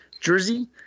jersey